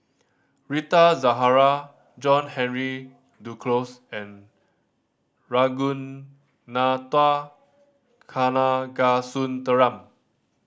Rita Zahara John Henry Duclos and Ragunathar Kanagasuntheram